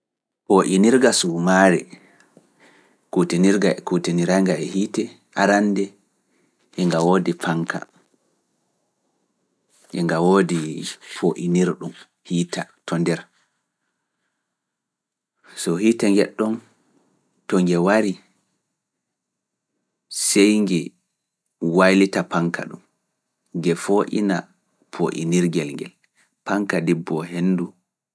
Poo'inirga sumaare, kuutiniranga e hiite arande e nga woodi paŋka, e nga woodi cyclone. to nga kunnaama sai fanka wailito dum heba henndu dibbo tuundiiji din din di pat.